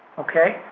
okay,